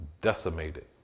decimated